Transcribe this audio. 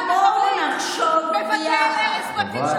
מדינת ישראל היא מדינה יהודית ודמוקרטית.